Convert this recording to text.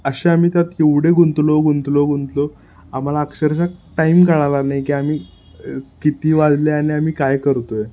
असे आम्ही त्यात एवढे गुंतलो गुंतलो गुंतलो आम्हाला अक्षरशः टाईम कळला नाही की आम्ही किती वाजले आणि आम्ही काय करतो आहे